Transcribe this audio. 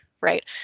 Right